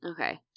okay